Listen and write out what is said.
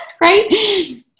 Right